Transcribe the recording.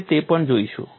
આપણે તે પણ જોઈશું